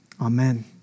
Amen